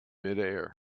midair